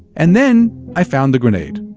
and then i found the grenade.